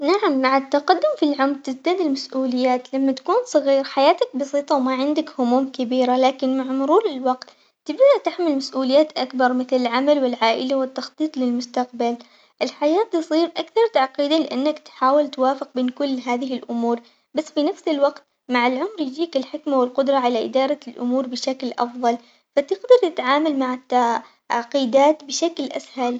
نعم مع التقدم في العمر تزداد المسئوليات لما تكون صغير حياتك بسيطة وما عندك هموم كبيرة لكن مع مرور الوقت تبدا تحمل مسئوليات أكبر مثل العمل والعائلة والتخطيط للمستقبل، الحياة تصير أكثر تعقيداً لأنك تحاول توافق بين مل هذه الأمور، بس في نفس الوقت مع العمر ييجيك الحكمة والقدرة على إدارة الأمور بشكل أفضل، فتقدر تتعامل مع التعقيدات بشكل اسهل.